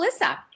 Alyssa